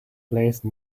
place